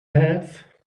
have